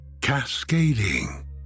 cascading